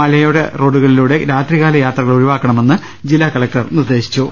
മലയോര റോഡുകളിലൂടെ രാത്രികാല യാത്രകൾ ഒഴിവാക്കണമെന്ന് ജില്ലാ കളക്ടർ നിർദ്ദേശം നൽകി